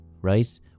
right